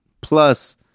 Plus